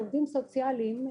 העובדים הסוציאליים,